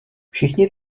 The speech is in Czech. všichni